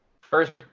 First